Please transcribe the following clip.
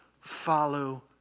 follow